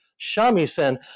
Shamisen